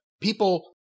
people